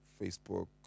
facebook